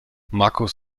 markus